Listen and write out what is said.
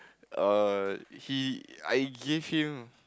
err he I gave him